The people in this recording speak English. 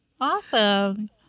Awesome